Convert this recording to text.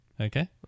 Okay